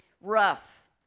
rough